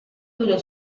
duró